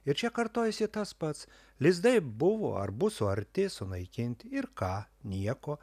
ir čia kartojasi tas pats lizdai buvo ar bus suarti sunaikinti ir ką nieko